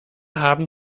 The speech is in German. haben